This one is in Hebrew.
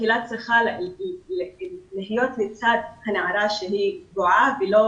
הקהילה צריכה להיות לצד הנערה הפגועה ולא